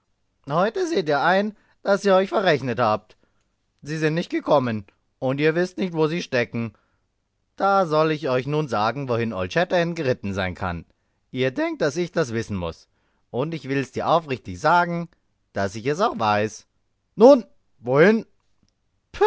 heut seht ihr ein daß ihr euch verrechnet habt sie sind nicht gekommen und ihr wißt nicht wo sie stecken da soll ich euch nun sagen wohin old shatterhand geritten sein kann ihr denkt daß ich das wissen muß und ich will es dir aufrichtig sagen daß ich es auch weiß nun wohin